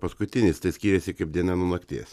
paskutinis tai skyrėsi kaip diena nuo nakties